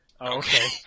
Okay